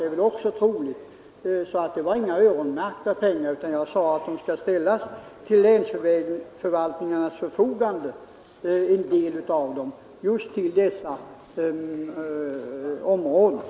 Det var alltså inte fråga om några öronmärkta pengar, utan jag föreslog att en del pengar skulle ställas till vägförvaltningarnas förfogande just till sådana här ändamål.